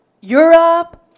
Europe